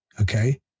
okay